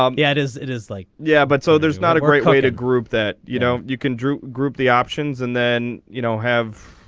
um yeah it is it is like. yeah but so there's not a great way to group that you know you can drew group the options and then you know have.